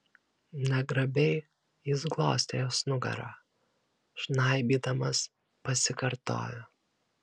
negrabiai jis glostė jos nugarą žnaibymas pasikartojo